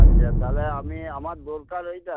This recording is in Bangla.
আচ্ছা তাহলে আমি আমার দরকার এইটা